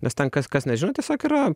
nes ten kas kas nežino tiesiog yra